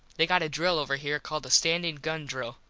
they got a drill over here called the standin gun drill.